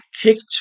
kicked